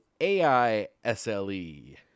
A-I-S-L-E